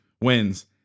wins